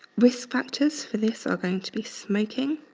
risk factors for this are going to be smoking,